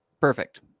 Perfect